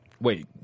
Wait